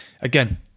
Again